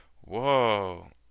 whoa